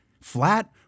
flat